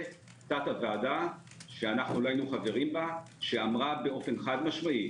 ותת הוועדה שלא היינו חברים בה, שאמרה חד-משמעית